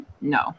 No